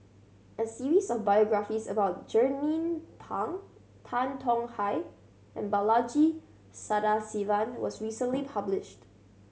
a series of biographies about Jernnine Pang Tan Tong Hye and Balaji Sadasivan was recently published